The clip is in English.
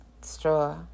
straw